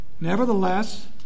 Nevertheless